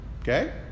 Okay